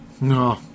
No